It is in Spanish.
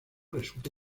resulta